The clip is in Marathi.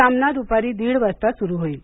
सामना दुपारी दीड वाजता सुरू होईल